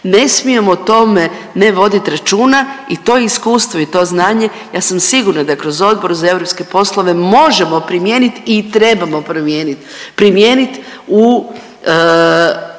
ne smijemo o tome ne vodit računa i to iskustvo i to znanje ja sam sigurna da kroz Odbor za europske poslove možemo primijenit i trebamo primijenit u